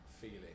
feeling